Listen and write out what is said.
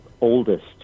oldest